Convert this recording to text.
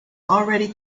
already